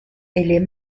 est